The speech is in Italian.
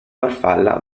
farfalla